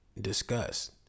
discussed